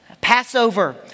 Passover